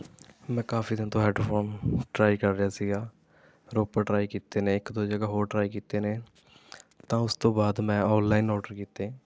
ਮੈਂ ਕਾਫੀ ਦਿਨ ਤੋਂ ਹੈੱਡਫ਼ੋਨ ਟਰਾਈ ਕਰ ਰਿਹਾ ਸੀ ਰੋਪੜ ਟਰਾਈ ਕੀਤੇ ਨੇ ਇੱਕ ਦੋ ਜਗ੍ਹਾ ਹੋਰ ਟਰਾਈ ਕੀਤੇ ਨੇ ਤਾਂ ਉਸ ਤੋਂ ਬਾਅਦ ਮੈਂ ਔਨਲਾਈਨ ਆਰਡਰ ਕੀਤੇ